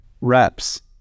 reps